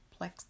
plex